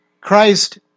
Christ